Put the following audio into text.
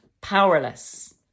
powerless